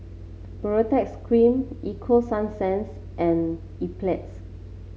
Baritex Cream Ego Sunsense and Enzyplex